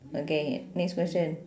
okay next question